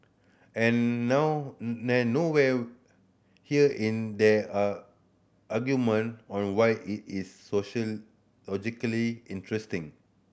and no nowhere here in there are argument on why it is sociologically interesting